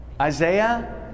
Isaiah